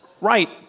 right